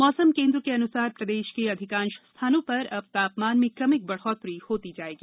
मौसम केन्द्र के अनुसार प्रदेश के अधिकांश स्थानों पर अब तापमान में कमिक बढ़ोतरी होती जाएगी